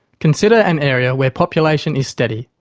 consider an area where population is steady,